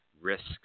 risks